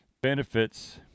Benefits